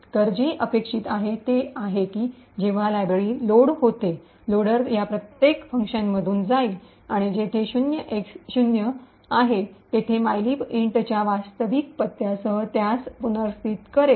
तर जे अपेक्षित आहे ते आहे की जेव्हा हे लायब्ररी लोड होते लोडर या प्रत्येक फंक्शनमधून जाईल आणि जेथे 0एक्स0 आहे तेथे मायलीब इंटच्या वास्तविक पत्त्यासह त्यास पुनर्स्थित केले जाईल